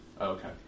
Okay